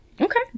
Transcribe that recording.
okay